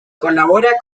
colabora